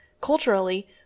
Culturally